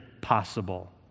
possible